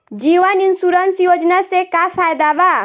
जीवन insurance योजना से का फायदा बा?